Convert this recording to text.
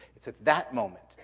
it's at that moment,